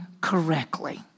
correctly